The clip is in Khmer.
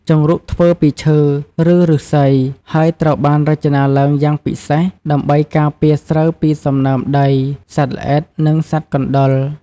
ជង្រុកធ្វើពីឈើ ឬឫស្សី ហើយត្រូវបានរចនាឡើងយ៉ាងពិសេស ដើម្បីការពារស្រូវពីសំណើមដី សត្វល្អិត និងសត្វកណ្តុរ។